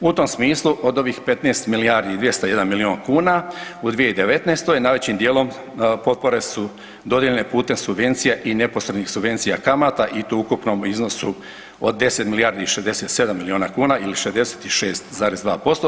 U tom smislu od ovih 15 milijardi i 201 milijun kuna u 2019. najvećim dijelom potpore su dodijeljene putem subvencija i neposrednih subvencija kamata i to u ukupnom iznosu od 10 milijardi i 67 milijuna kuna ili 66,2%